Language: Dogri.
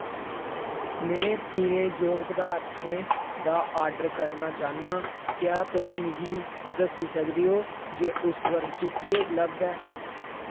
में पीनेजोग पदार्थें दा आर्डर करना चाह्न्नां क्या तुस मिगी दस्सी सकदे ओ जे उस वर्ग च केह् उपलब्ध ऐ